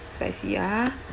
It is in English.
spicy ah